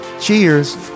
Cheers